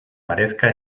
parezca